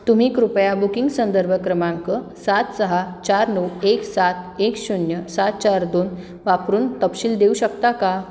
तुम्ही कृपया बुकिंग संदर्भ क्रमांक सात सहा चार नऊ एक सात एक शून्य सात चार दोन वापरून तपशील देऊ शकता का